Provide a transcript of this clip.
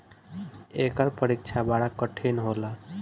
एकर परीक्षा बड़ा कठिन होला